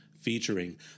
featuring